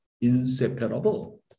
inseparable